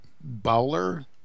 Bowler